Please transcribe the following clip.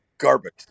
garbage